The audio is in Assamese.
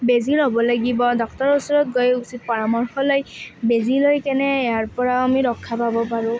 বেজী ল'ব লাগিব ডক্তৰৰ ওচৰত গৈ উচিত পৰামৰ্শ লৈ বেজী লৈ কিনে ইয়াৰ পৰা আমি ৰক্ষা পাব পাৰোঁ